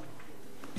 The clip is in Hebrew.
ישיבה זו